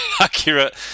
accurate